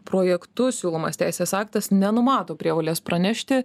projektu siūlomas teisės aktas nenumato prievolės pranešti